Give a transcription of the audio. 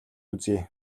үзье